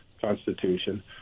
constitution